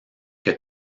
que